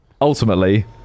ultimately